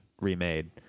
remade